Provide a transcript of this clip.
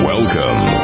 Welcome